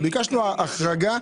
ביקשנו החרגה